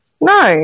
No